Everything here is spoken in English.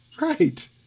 right